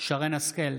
שרן מרים השכל,